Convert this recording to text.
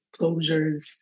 closures